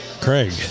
Craig